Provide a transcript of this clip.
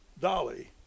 Dolly